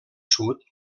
sud